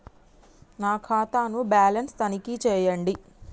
నా ఖాతా ను బ్యాలన్స్ తనిఖీ చేయండి?